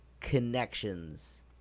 connections